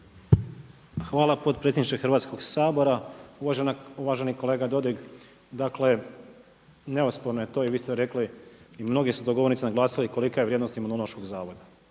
Hvala potpredsjedniče Hrvatskog sabora. Uvaženi kolega Dodig. Dakle neosporno je to i vi ste rekli i mnogi su to govornici naglasili kolika je vrijednost Imunološkog zavoda.